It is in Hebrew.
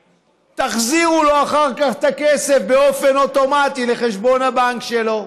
תחזירו לו אחר כך את הכסף באופן אוטומטי לחשבון הבנק שלו.